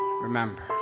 Remember